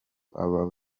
aba